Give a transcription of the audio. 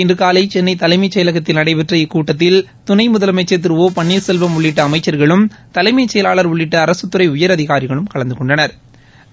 இன்று காலை சென்னை தலைளமச் செயலகத்தில் நடைபெற்ற இக்கூட்டத்தில் துணை முதலமைச்சர் திரு த பள்ளீர்செல்வம் உள்ளிட்ட அமைச்சர்களும் தலைமைச் செயலாளர் உள்ளிட்ட அரசுதுறை உயரதிகாரிகளும் கலந்து கொண்டனா்